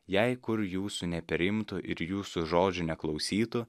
jei kur jūsų nepriimtų ir jūsų žodžių neklausytų